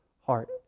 heart